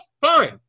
Fine